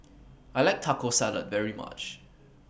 I like Taco Salad very much